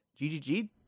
GGG